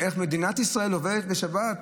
איך מדינת ישראל עובדת בשבת?